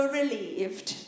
relieved